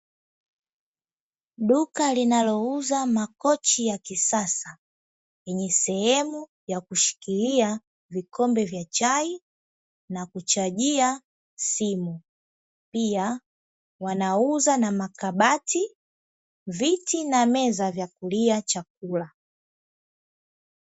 Duka linalouza makochi ya kisasa, yenye sehemu ya kushikilia vikombe vya chai na kuchajia simu. Pia wanauza na makabati, viti na meza vya kulia chakula.